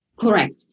Correct